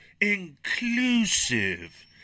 inclusive